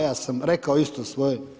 Ja sam rekao isto svoje.